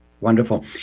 Wonderful